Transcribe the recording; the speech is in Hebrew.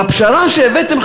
והפשרה שהבאתם,